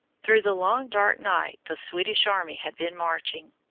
through the long dark night the swedish army had been marching,